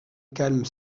calme